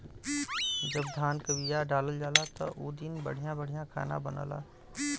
जब धान क बिया डालल जाला त उ दिन बढ़िया बढ़िया खाना बनला